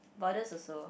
borders also